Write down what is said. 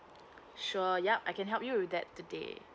sure yup I can help you with that today